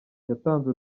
yatanze